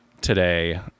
today